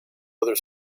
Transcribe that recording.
other